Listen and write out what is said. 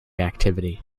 activity